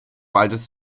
waldes